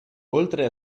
oltre